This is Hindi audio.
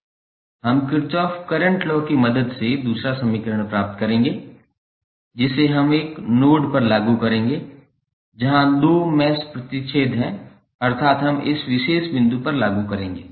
हम किर्चोफ करंट लॉ की मदद से दूसरा समीकरण प्राप्त करेंगे जिसे हम एक नोड पर लागू करेंगे जहाँ दो मैश प्रतिच्छेद करते हैं अर्थात हम इस विशेष बिंदु पर लागू करेंगे